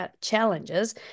challenges